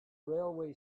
railway